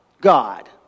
God